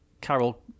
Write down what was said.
Carol